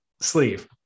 sleeve